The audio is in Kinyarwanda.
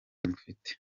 mufite